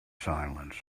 silence